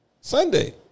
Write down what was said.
Sunday